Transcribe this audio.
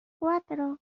cuatro